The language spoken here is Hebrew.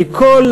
מכל